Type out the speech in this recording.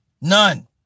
None